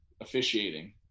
officiating